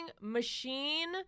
machine